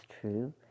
true